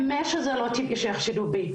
באמת שזה לא טבעי שיחשדו בי.